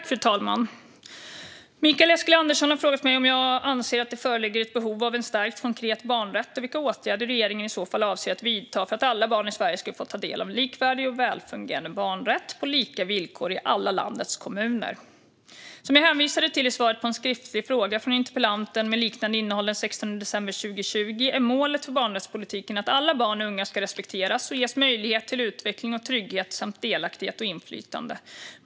Fru talman! har frågat mig om jag anser att det föreligger ett behov av en stärkt konkret barnrätt och vilka åtgärder regeringen i så fall avser att vidta för att alla barn i Sverige ska få ta del av en likvärdig och välfungerande barnrätt på lika villkor i alla landets kommuner. Som jag hänvisade till i svaret på en skriftlig fråga från interpellanten med liknande innehåll den 16 december 2020 är målet för barnrättspolitiken att alla barn och unga ska respekteras och ges möjlighet till utveckling och trygghet samt delaktighet och inflytande.